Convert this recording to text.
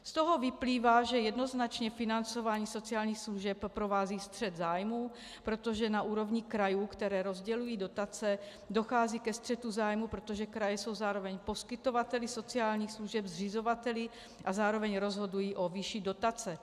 Z toho vyplývá, že jednoznačně financování sociálních služeb provází střet zájmů, protože na úrovni krajů, které rozdělují dotace, dochází ke střetu zájmů, protože kraje jsou zároveň poskytovateli sociálních služeb, zřizovateli, a zároveň rozhodují o výši dotace.